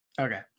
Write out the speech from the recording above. Okay